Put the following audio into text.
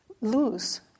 lose